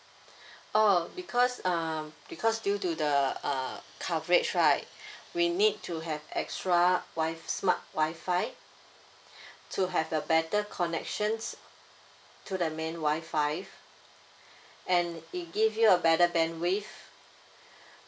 oh because uh because due to the uh coverage right we need to have extra wi~ smart Wi-Fi to have a better connections to the main Wi-Fi and it give you a better bandwidth